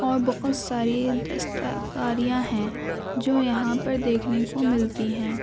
اور بہت ساری دستکاریاں ہیں جو یہاں پر دیکھنے کو ملتی ہیں